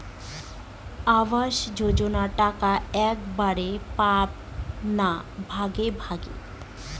আবাস যোজনা টাকা একবারে পাব না ভাগে ভাগে?